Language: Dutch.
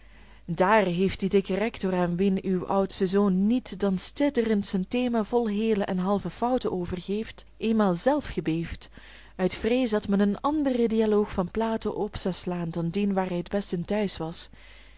daar heeft die dikke rector aan wien uw oudste zoon niet dan sidderend zijn thema vol heele en halve fouten overgeeft eenmaal zelf gebeefd uit vrees dat men een anderen dialoog van plato op zou slaan dan dien waar hij het best in thuis was